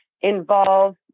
involve